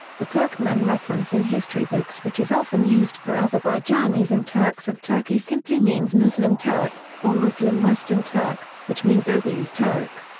the turkmen reference in history books which is often used for azerbaijanis and turks of turkey simply means muslim turk or muslim western turk, which means oghuz turk.